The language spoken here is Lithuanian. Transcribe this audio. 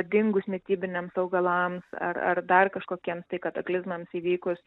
dingus mitybiniams augalams ar ar dar kažkokiems tai kataklizmams įvykus